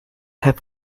have